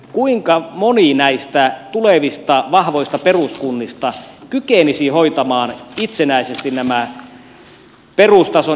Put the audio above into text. kuinka moni näistä tulevista vahvoista peruskunnista kykenisi hoitamaan itsenäisesti nämä perustason erikoissairaanhoidon tehtävät